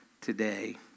today